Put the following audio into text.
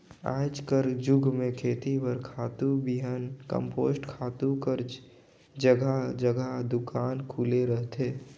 आएज कर जुग में खेती बर खातू, बीहन, कम्पोस्ट खातू कर जगहा जगहा दोकान खुले रहथे